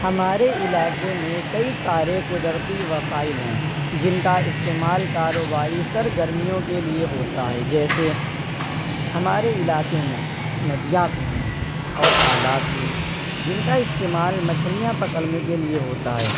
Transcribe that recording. ہمارے علاقے میں کئی سارے قدرتی وسائل ہیں جن کا استعمال کاروباری سرگرمیوں کے لیے ہوتا ہے جیسے ہمارے علاقے میں ندیاں بھی ہیں اور تالاب بھی جن کا استعمال مچھلیاں پکڑنے کے لیے ہوتا ہے